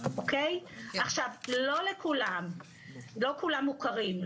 לא כולם מוכרים,